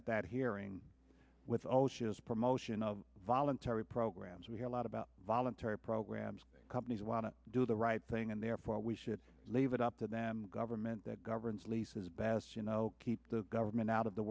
at that hearing with the promotion of voluntary programs we have a lot about voluntary programs companies want to do the right thing and therefore we should leave it up to them government that governs least as bad as you know keep the government out of the